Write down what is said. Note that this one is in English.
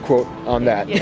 quote. on that. yeah